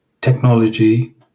technology